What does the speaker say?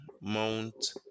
mount